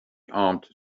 armed